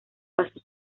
pasó